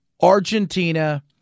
Argentina